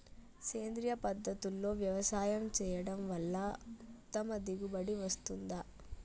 సేంద్రీయ పద్ధతుల్లో వ్యవసాయం చేయడం వల్ల ఉత్తమ దిగుబడి వస్తుందా?